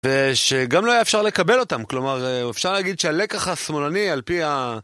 ושגם לא היה אפשר לקבל אותם, כלומר, אפשר להגיד שהלקח השמאלני על פי ה...